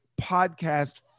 podcast